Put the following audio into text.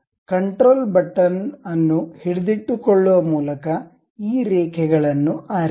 control button ಅನ್ನು ಹಿಡಿದಿಟ್ಟುಕೊಳ್ಳುವ ಮೂಲಕ ಈ ರೇಖೆಗಳನ್ನು ಆರಿಸಿ